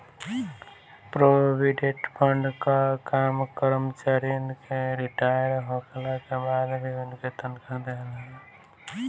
provident fund कअ काम करमचारिन के रिटायर होखला के बाद भी उनके तनखा देहल हवे